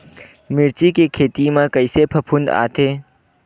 मिर्च के खेती म कइसे फफूंद आथे?